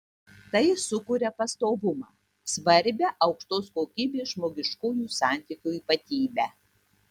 tai sukuria pastovumą svarbią aukštos kokybės žmogiškųjų santykių ypatybę